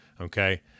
Okay